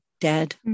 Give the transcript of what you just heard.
dead